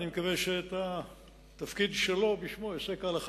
אני מקווה שאת התפקיד שלו בשמו אעשה כהלכה.